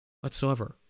Whatsoever